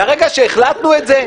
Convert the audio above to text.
מהרגע שהחלטנו את זה,